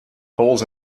holes